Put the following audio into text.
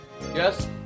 Yes